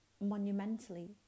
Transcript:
monumentally